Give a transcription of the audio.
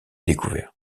découvert